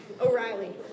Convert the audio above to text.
O'Reilly